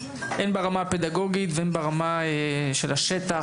הן ברמה הפדגוגית והן ברמת השטח,